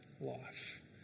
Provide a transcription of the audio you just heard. life